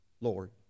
Lord